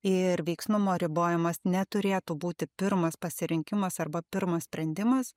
ir veiksnumo ribojimas neturėtų būti pirmas pasirinkimas arba pirmas sprendimas